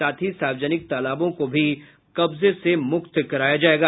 साथ ही सार्वजनिक तालाबों को भी कब्जे से मुक्त कराया जायेगा